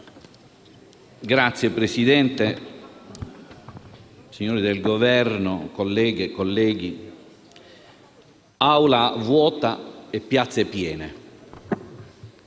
Signora Presidente, signori del Governo, colleghe e colleghi, Aula vuota e piazze piene.